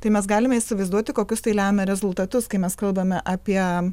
tai mes galime įsivaizduoti kokius tai lemia rezultatus kai mes kalbame apie